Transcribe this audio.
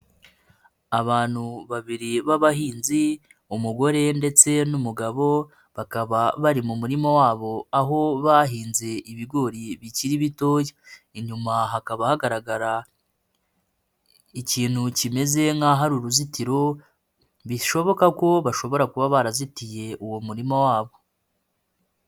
Abantu babiri b'abahinzi umugore ndetse n'umugabo bakaba bari mu murima wabo aho bahinze ibigori bikiri bitoya, inyuma hakaba hagaragara ikintu kimeze nk'aho hari ari uruzitiro bishoboka ko bashobora kuba barazitiye uwo murima wabo.